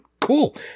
Cool